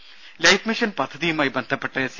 ദേദ life mission പദ്ധതിയുമായി ബന്ധപ്പെട്ട് സി